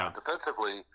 Defensively